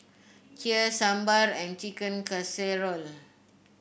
Kheer Sambar and Chicken Casserole